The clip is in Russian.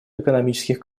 экономических